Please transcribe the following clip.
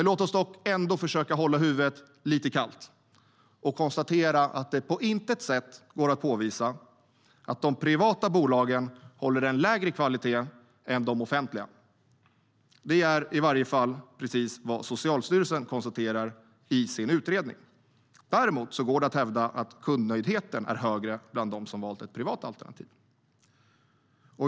Låt oss dock ändå försöka att hålla huvudet lite kallt och konstatera att det på intet sätt går att påvisa att de privata bolagen håller en lägre kvalitet än de offentliga. Det är i alla fall vad Socialstyrelsen konstaterar i sin utredning. Däremot går det att hävda att kundnöjdheten är högre bland dem som valt ett privat alternativ.